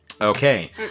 Okay